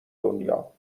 دنیا